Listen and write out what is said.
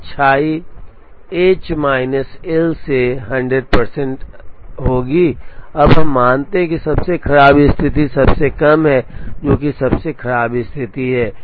तो अच्छाई H minus L से 100 प्रतिशत होगी अब हम मानते हैं कि सबसे खराब स्थिति सबसे कम है जो कि सबसे खराब स्थिति है